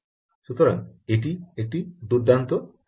সুতরাং এটি একটি দুর্দান্ত জিনিস